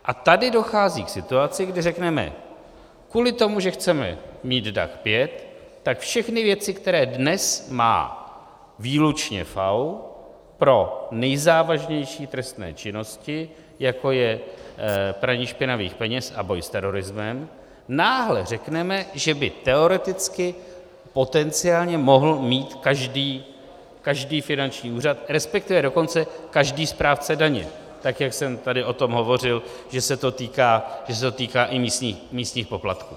A tady dochází k situaci, kdy řekneme: kvůli tomu, že chceme mít DAC 5, tak všechny věci, které dnes má výlučně FAÚ pro nejzávažnější trestné činnosti, jako je praní špinavých peněz a boj s terorismem, náhle řekneme, že by teoreticky, potenciálně mohl mít každý finanční úřad, respektive dokonce každý správce daně, tak jak jsem tady o tom hovořil, že se to týká i místních poplatků.